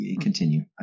continue